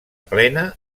plena